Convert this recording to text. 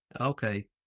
Okay